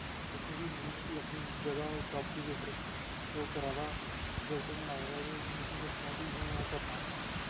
जित्थै बी मतलब कि अपनी जगह् प्रापर्टी दे उप्पर ओ करै दा प्रोजैक्ट होना लाए दा ते हून उसी दस्सना ओ कि इ'यां इ'यां ओह् करना